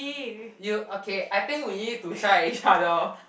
you okay I think we need to shout at each other